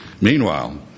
Meanwhile